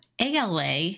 ALA